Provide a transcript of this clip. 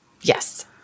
Yes